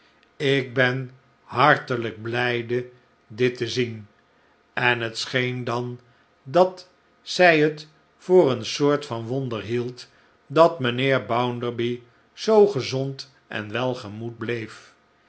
ik ben hartelijk blijde dit te zien en het scheen dan dat zij het voor een soort van wonder hield dat mijnheer bounderby zoo gezond en welgemoed bleef